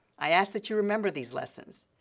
i ask that you remember these lessons.